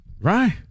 right